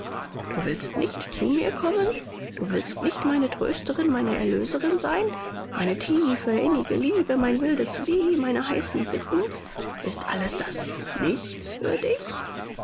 du willst nicht zu mir kommen du willst nicht meine trösterin meine erlöserin sein meine tiefe innige liebe mein wildes weh meine heißen bitten ist alles das nichts